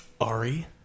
Ari